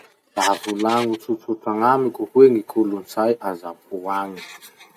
Mba volagno tsotsotra gn'amiko hoe gny kolotsay a japon agny?